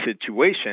situation